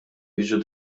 jiġu